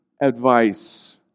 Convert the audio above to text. advice